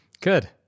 Good